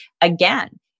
again